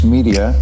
Media